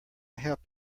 help